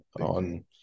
on